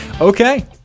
Okay